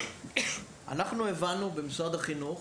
אנחנו הבנו, במשרד החינוך,